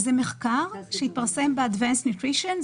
זה מחקר שהתפרסם ב-Advanced nutrition,